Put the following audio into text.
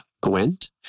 Gwent